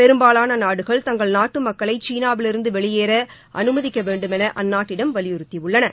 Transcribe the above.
பெரும்பாலான நாடுகள் தங்கள் நாட்டு மக்களை சீனாவிலிருந்து வெளியேற அனுமதிக்க வேண்டுமென அந்நாட்டிடம் வலியுறுத்தியுள்ளன